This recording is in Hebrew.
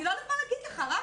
אני לא יודעת מה להגיד לך, רם.